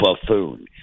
Buffoon